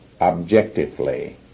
objectively